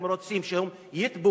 אתם רוצים שיתפוגגו,